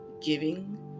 giving